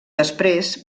després